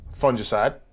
fungicide